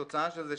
התוצאה של זה,